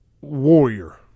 warrior